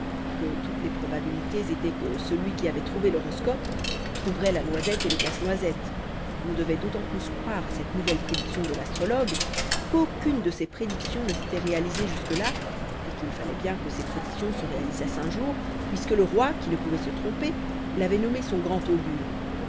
que toutes les probabilités étaient que celui qui avait trouvé l'horoscope trouverait la noisette et le casse-noisette qu'on devait d'autant plus croire à cette nouvelle prédiction de l'astrologue qu'aucune de ses prédictions ne s'était réalisée jusque-là et qu'il fallait bien que ses prédictions se réalisassent un jour puisque le roi qui ne pouvait se tromper l'avait nommé son grand augure